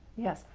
yes.